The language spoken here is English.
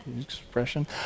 expression